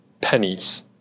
pennies